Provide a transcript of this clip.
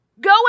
Go